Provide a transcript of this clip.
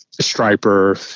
striper